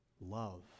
love